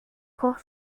koch